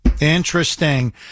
Interesting